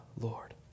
Lord